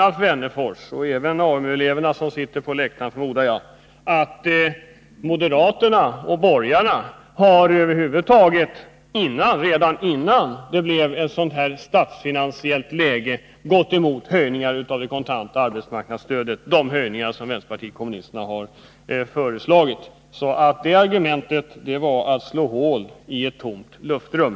Alf Wennerfors och även de AMU-elever som jag förmodar sitter på åhörarläktaren om att moderaterna och de övriga borgerliga partierna redan före det nuvarande statsfinansiella läget över huvud taget motsatt sig höjningar av det kontanta arbetsmarknadsstödet, höjningar som vänsterpartiet kommunisterna föreslagit. Att framföra det argumentet, Alf Wennerfors, var som att slå hål i ett tomt luftrum.